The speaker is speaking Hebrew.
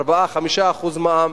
4% 5% מע"מ.